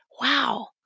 wow